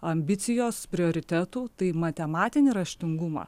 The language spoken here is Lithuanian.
ambicijos prioritetų tai matematinį raštingumą